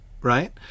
right